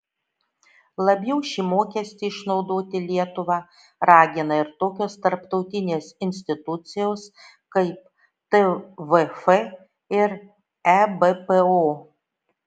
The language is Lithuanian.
labiau šį mokestį išnaudoti lietuvą ragina ir tokios tarptautinės institucijos kaip tvf ir ebpo